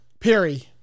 perry